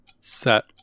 set